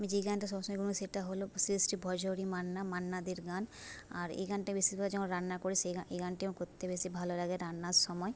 আমি যেই গানটা সবসময় সেটি হলো শ্রী শ্রী ভজহরি মান্না মান্না দের গান আর এই গানটা বেশিরভাগ যখন রান্না করি সে এই গানটি আমার করতে বেশি ভালো লাগে রান্নার সময়